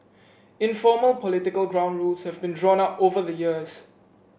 informal political ground rules have been drawn up over the years